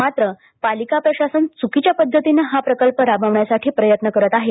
मात्र पालिका प्रशासन चुकीच्या पध्दतीने हा प्रकल्प राबविण्यासाठी प्रयत्न करत आहे